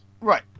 right